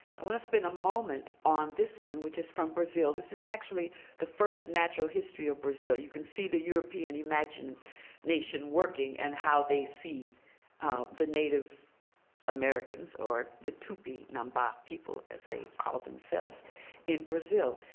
i want to spend a moment on this one, which is from brazil. this is actually the first natural history of brazil. you can see the european imagined nation working, and how they see the native americans, or the tupinamba people, as they call themselves in brazil.